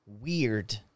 weird